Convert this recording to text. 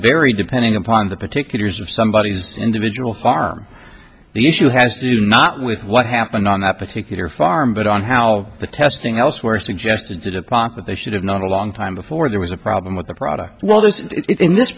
vary depending upon the particulars of somebody is individual farm the issue has to do not with what happened on that particular farm but on how the testing elsewhere suggested upon that they should have known a long time before there was a problem with the product well this in this